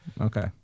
okay